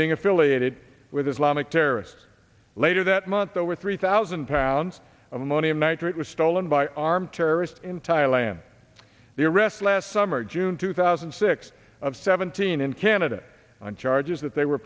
being affiliated with islamic terrorists later that month over three thousand pounds of ammonium nitrate was stolen by armed terrorists in thailand the arrest last summer june two thousand and six of seventeen in canada on charges that they were